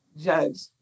judge